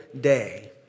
day